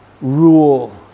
rule